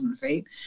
feet